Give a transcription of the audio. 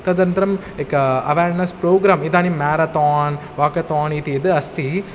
तदन्तरम् एक awareness programme इदानीं मेरतोन् वाकोतान् इति यद् अस्ति